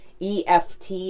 EFT